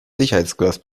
sicherheitsglas